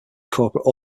corporate